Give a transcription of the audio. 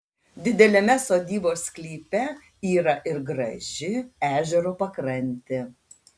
dideliame sodybos sklype yra ir graži ežero pakrantė